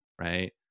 right